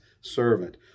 servant